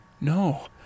No